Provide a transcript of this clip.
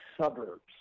suburbs